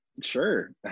sure